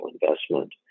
investment